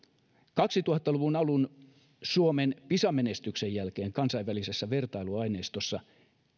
kaksituhatta luvun alun suomen pisa menestyksen jälkeen kansainvälisessä vertailuaineistossa